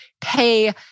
pay